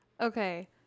Okay